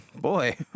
Boy